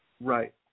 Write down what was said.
Right